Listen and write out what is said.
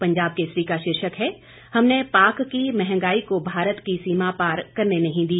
पंजाब केसरी का शीर्षक है हमने पाक की महंगाई को भारत की सीमा पार करने नहीं दी